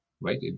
right